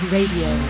Radio